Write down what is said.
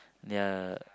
ya